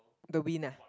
the wind nah